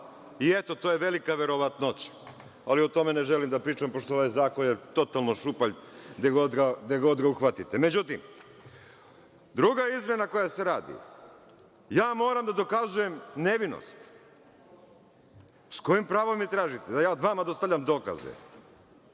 i eto, to je velika verovatnoća. Ali, o tome ne želim da pričam, pošto je ovaj zakon totalno šupalj gde god ga uhvatite.Međutim, druga izmena koja se radi, ja moram da dokazujem nevinost. S kojim pravom mi tražite da ja vama dostavljam dokaze,